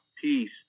peace